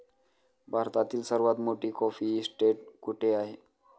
भारतातील सर्वात मोठी कॉफी इस्टेट कुठे आहे?